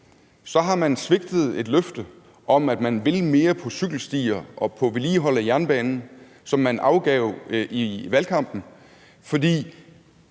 har man svigtet det løfte om, at man vil have flere cykelstier og mere vedligehold af jernbanen, som man afgav i valgkampen? De